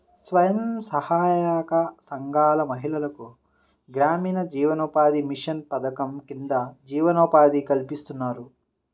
స్వయం సహాయక సంఘాల మహిళలకు గ్రామీణ జీవనోపాధి మిషన్ పథకం కింద జీవనోపాధి కల్పిస్తున్నారు